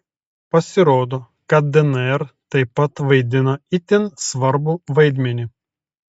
pasirodo kad dnr taip pat vaidina itin svarbų vaidmenį